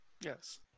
Yes